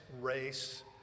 race